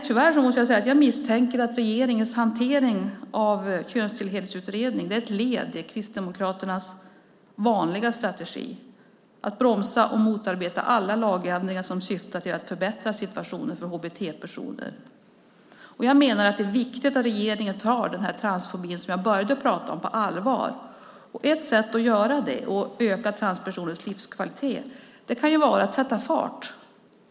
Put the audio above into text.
Tyvärr misstänker jag att regeringens hantering av Könstillhörighetsutredningen är ett led i Kristdemokraternas vanliga strategi, nämligen att bromsa och motarbeta alla lagändringar som syftar till att förbättra situationen för HBT-personer. Jag menar att det är viktigt att regeringen tar frågan om transfobin, som jag började att prata om, på allvar. Ett sätt att göra det och öka transpersoners livskvalitet kan vara att sätta fart.